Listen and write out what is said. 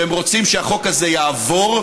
שהם רוצים שהחוק הזה יעבור,